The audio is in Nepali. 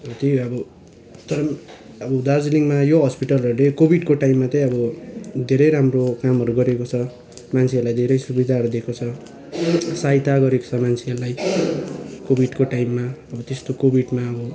त्यही अब तर पनि अब दार्जिलिङमा यो हस्पिटलहरूले कोभिडको टाइममा चाहिँ अब धेरै राम्रो कामहरू गरेको छ मान्छेहरूलाई धेरै सुविधाहरू दिएको छ सहायता गरेको छ मान्छेहरूलाई कोभिडको टाइममा अब त्यस्तो कोभिडमा अब